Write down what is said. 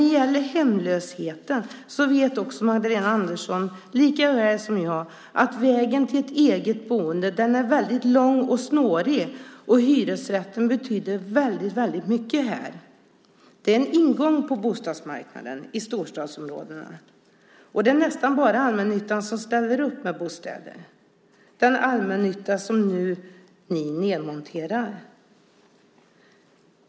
När det gäller hemlösheten vet också Magdalena Andersson lika väl som jag att vägen till ett eget boende är väldigt lång och snårig. Hyresrätten betyder väldigt mycket här. Det är en ingång på bostadsmarknaden i storstadsområdena. Det är nästan bara allmännyttan som ställer upp med bostäder. Det är den allmännytta som ni nu nedmonterar.